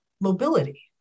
mobility